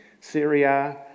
Syria